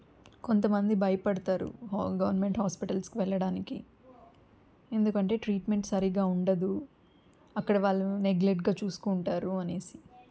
కొంతమంది భయపడతారు హా గవర్నమెంట్ హాస్పిటల్స్కి వెళ్ళడానికి ఎందుకంటే ట్రీట్మెంట్ సరిగా ఉండదు అక్కడ వాళ్ళు నెగ్లెట్గా చూసుకుంటారు అనేసి